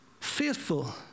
faithful